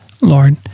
Lord